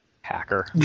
Hacker